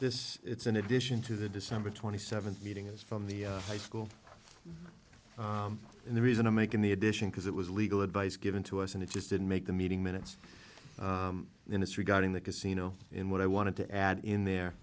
this it's in addition to the december twenty seventh meeting it's from the high school and the reason i'm making the addition because it was legal advice given to us and it just didn't make the meeting minutes in this regard in the casino in what i wanted to add in there